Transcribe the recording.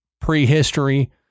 prehistory